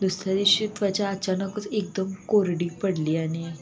दुसऱ्या दिवशी त्वच्या अचानकच एकदम कोरडी पडली आणि